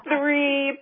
Three